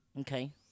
Okay